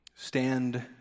Stand